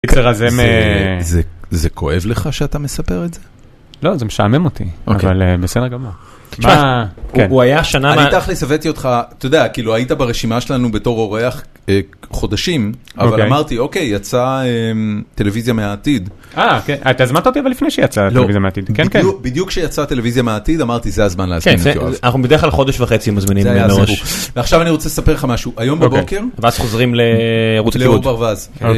זה כואב לך שאתה מספר את זה? לא, זה משעמם אותי, אבל בסדר גמור. תשמע, הוא היה שנה... אני תכלס הבאתי אותך, אתה יודע, כאילו היית ברשימה שלנו בתור אורח חודשים, אבל אמרתי, אוקיי, יצא טלוויזיה מהעתיד. אה, כן, אתה הזמנת אותי אבל לפני שיצא טלוויזיה מהעתיד. בדיוק כשיצא הטלוויזיה מהעתיד, אמרתי, זה הזמן להזמין את יואב. אנחנו בדרך כלל חודש וחצי מזמינים מראש, זה היה הסיבוב. ועכשיו אני רוצה לספר לך משהו, היום בבוקר, ואז חוזרים לערוץ הכיבוד. לעור ברווז.